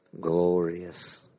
Glorious